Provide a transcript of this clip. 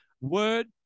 word